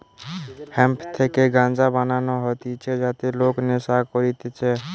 hemp থেকে গাঞ্জা বানানো হতিছে যাতে লোক নেশা করতিছে